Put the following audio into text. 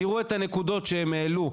תראו את הנקודות שהם העלו,